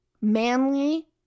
Manly